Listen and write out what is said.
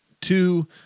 two